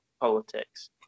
politics